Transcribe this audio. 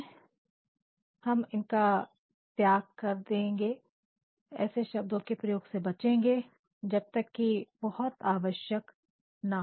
इसलिए हम इनका त्याग कर देंगे ऐसे शब्दों के प्रयोग से बचेंगे जब तक की बहुत आवश्यक ना